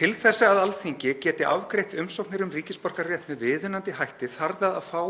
„Til að Alþingi geti afgreitt umsóknir um ríkisborgararétt með viðunandi hætti þarf það að fá